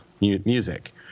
music